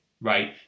Right